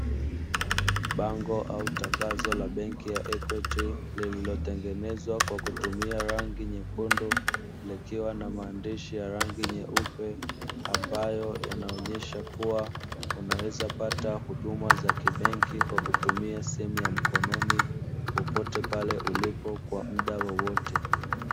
Bango au tangazo la benki ya "EQUITY" lililotengenezwa kwa kutumia rangi nyekundu likiwa na maandishi ya rangi nyeupe ambayo yanaonesha kua unawezapata huduma za kibenki kwa kutumia simu ya mkononi popote pale ulipo kwa muda wowote.